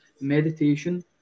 meditation